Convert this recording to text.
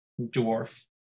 dwarf